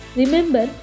remember